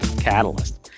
Catalyst